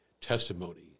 testimony